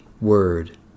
Word